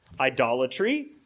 Idolatry